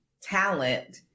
talent